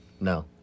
no